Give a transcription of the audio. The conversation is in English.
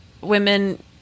women